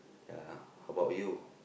ya how bout you